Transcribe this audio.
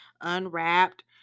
unwrapped